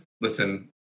listen